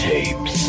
Tapes